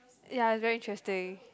ya it's very interesting